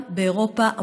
גם באירופה המודרנית,